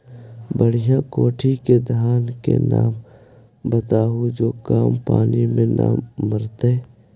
बढ़िया कोटि के धान के नाम बताहु जो कम पानी में न मरतइ?